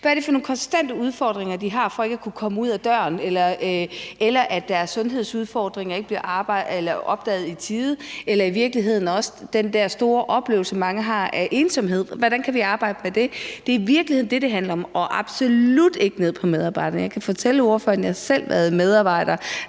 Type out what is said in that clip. Hvad er det for nogle konstante udfordringer, de har med ikke at kunne komme ud af døren, eller at deres sundhedsudfordringer ikke bliver opdaget i tide, eller i virkeligheden også den der oplevelse, mange har af stor ensomhed, altså hvordan kan vi arbejde med det? Det er i virkeligheden det, det handler om, og absolut ikke i forhold til medarbejderen. Jeg kan fortælle ordføreren, at jeg selv har været en